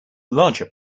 larger